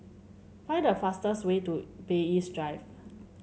find the fastest way to Bay East Drive